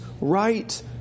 right